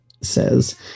says